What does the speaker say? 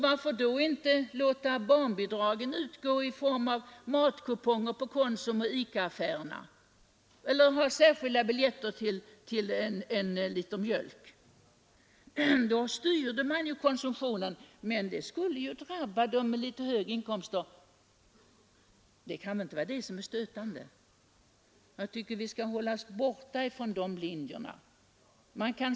Varför inte då låta barnbidraget utgå i form av matkuponger i Konsum eller ICA-affärerna eller i form av biljetter på mjölk. Då styrde man ju konsumtionen. Men det skulle också drabba familjer med litet högre inkomster, och det kan väl inte vara det som är stötande? Jag tycker att vi skall hålla oss borta från dessa linjer.